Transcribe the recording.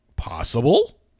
Possible